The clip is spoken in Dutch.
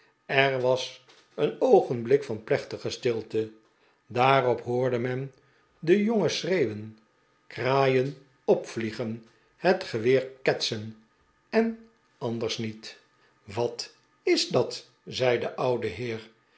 er was een oogenblik van plechtige stilte daarop hoorde men den jongen schreeuwen kraaien opvliegen het geweer ketsen en anders niet wat is dat zei de oude heer